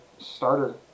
starter